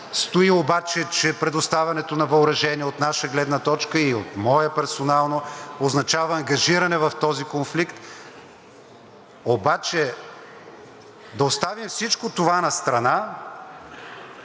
стои обаче, че предоставянето на въоръжение от наша гледна точка и от моя персонално означава ангажиране в този конфликт, обаче да оставим всичко това настрана.